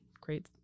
great